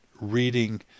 reading